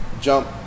jump